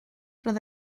roedd